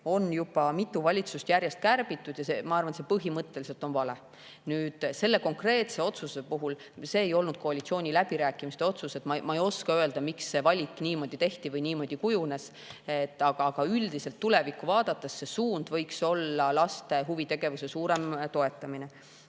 on juba mitu valitsust järjest kärbitud ja ma arvan, et see on põhimõtteliselt vale. Nüüd, see konkreetne otsus ei olnud koalitsiooniläbirääkimiste otsus. Ma ei oska öelda, miks see valik niimoodi tehti või niimoodi kujunes. Aga tulevikku vaadates võiks üldiselt suund olla laste huvitegevuse suurem toetamine.